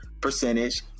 percentage